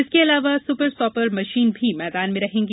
इसके अलावा super sopper मशीने भी मैदान में रहेंगी